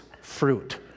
fruit